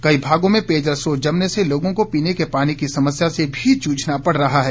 कई भागों में पेयजल स्रोत जमने से लोगों को पीने के पानी की समस्या से भी जूझना पड़ रहा है